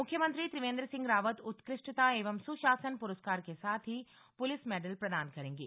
मुख्यमंत्री त्रिवेंद्र सिंह रावत उत्कृष्टता एवं सुशासन पुरस्कार के साथ ही पुलिस मेडल प्रदान करेंगे